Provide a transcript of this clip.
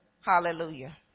Hallelujah